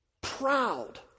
proud